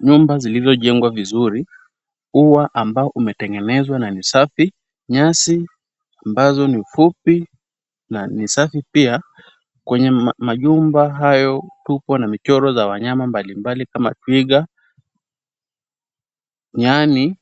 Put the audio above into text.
Nyumba zilizojengwa vizuri, ua ambao umetengenezwa na ni safi. Nyasi ambazo ni fupi na ni safi pia. Kwenye majumba majumba hayo tuko na michoro za wanyama mbalimbali kama twiga, nyani